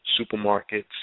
supermarkets